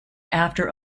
after